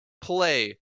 play